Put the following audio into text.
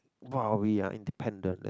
!wow! we are independent